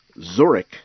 zurich